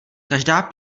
každá